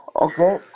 Okay